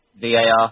VAR